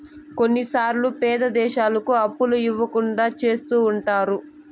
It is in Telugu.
కొన్నిసార్లు పేద దేశాలకు అప్పులు ఇవ్వకుండా చెత్తుంటారు